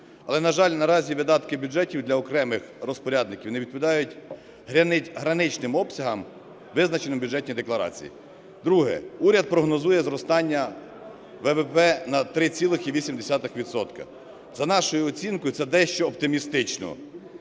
Але, на жаль, наразі видатки бюджетів для окремих розпорядників не відповідають граничним обсягам, визначеним в Бюджетній декларації. Друге. Уряд прогнозує зростання ВВП на 3,8 відсотка. За нашою оцінкою, це дещо оптимістично.